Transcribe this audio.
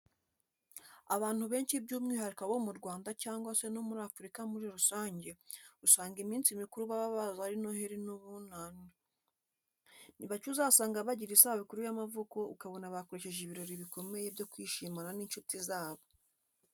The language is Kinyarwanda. Abantu benshi by'umwihariko abo mu Rwanda cyangwa se no muri Afurika muri rusange, usanga iminsi mikuru baba bazi ari Noheli n'Ubunani. Ni bake uzasanga bagira isabukuru y'amavuko ukabona bakoresheje ibirori bikomeye byo kwishimana n'inshuti zabo.